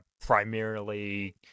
primarily